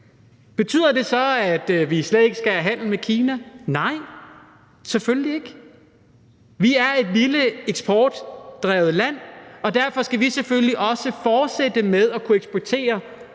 Betyder det så, at vi slet ikke skal have handel med Kina? Nej, selvfølgelig ikke. Vi er et lille eksportdrevet land, og derfor skal vi selvfølgelig også fortsætte med at kunne eksportere